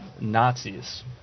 Nazis